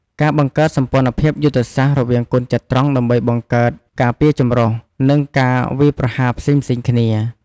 ការបង្កើតសម្ព័ន្ធភាពយុទ្ធសាស្ត្ររវាងកូនចត្រង្គដើម្បីបង្កើតការពារចម្រុះ និងការវាយប្រហារផ្សេងៗគ្នា។